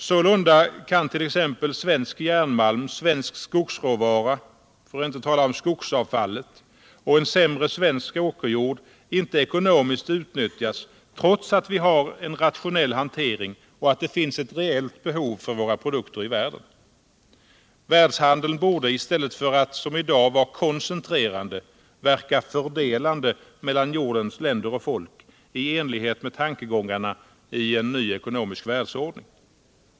Sålunda kan t.ex. svensk järnmalm, svensk skogsråvara — för att inte tala om skogsavfallet —- Och sämre svensk åkerjord inte ekonomiskt utnyttjas, trots att vi har en rationell hantering och att det finns ewu reellt behov för våra produkter i världen. Världshandeln borde, i stället för att som i dag vara koncentrerande. verka fördelande mellan jordens länder och folk i enlighet med tankegångarna i en ny ekonomisk världsordning.